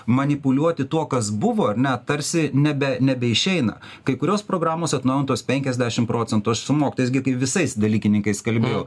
manipuliuoti tuo kas buvo ar ne tarsi nebe nebeišeina kai kurios programos atnaujintos penkiasdešimt procentų aš su mokytojais gi visais dalykininkais kalbėjau